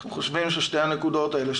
אנחנו חושבים ששתי הנקודות האלה,